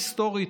היסטורית,